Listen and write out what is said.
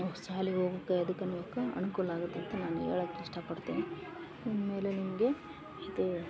ಅವು ಶಾಲಿಗ್ ಹೋಗೋಕ ಅದಕ್ಕೆ ಅನುಕೂಲ ಆಗತ್ತಂತ ನಾನು ಹೇಳಕ್ ಇಷ್ಟ ಪಡ್ತೀನಿ ಆಮೇಲೆ ನಿಮಗೆ ಇದು